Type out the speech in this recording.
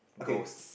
ghosts